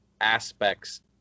aspects